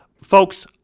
Folks